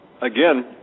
again